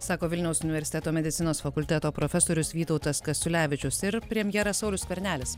sako vilniaus universiteto medicinos fakulteto profesorius vytautas kasiulevičius ir premjeras saulius skvernelis